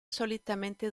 solitamente